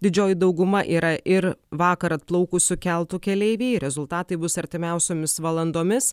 didžioji dauguma yra ir vakar atplaukusiu keltu keleiviai rezultatai bus artimiausiomis valandomis